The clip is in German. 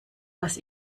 was